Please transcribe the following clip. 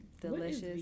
delicious